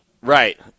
Right